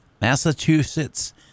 Massachusetts